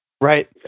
Right